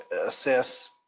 assess